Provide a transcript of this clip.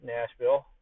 Nashville